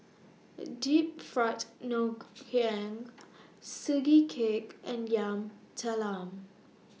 Deep Fried Ngoh Hiang Sugee Cake and Yam Talam